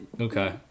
okay